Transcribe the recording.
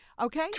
Okay